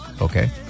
okay